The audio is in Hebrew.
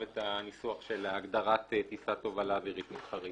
את הניסוח של הגדרת "טיסת תובלה אווירית מסחרית".